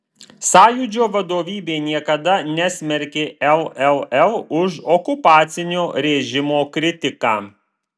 sąjūdžio vadovybė niekada nesmerkė lll už okupacinio režimo kritiką